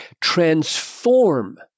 transform